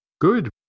Good